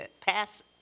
pass